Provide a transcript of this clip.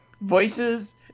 Voices